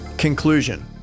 Conclusion